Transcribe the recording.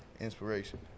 inspiration